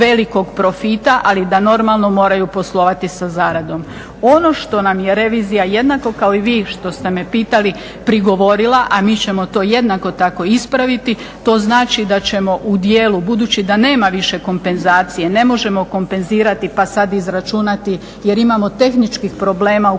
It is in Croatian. velikog profita, ali da normalno moraju poslovati sa zaradom. Ono što nam je revizija jednako kao i vi što ste me pitali prigovorila, a mi ćemo to jednako tako ispraviti, to znači da ćemo u dijelu budući da nema više kompenzacije, ne možemo kompenzirati pa sad izračunati jer imamo tehničkih problema u